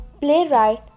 playwright